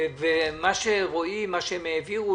מה שהם העבירו